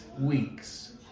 weeks